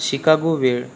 Chicago वेळ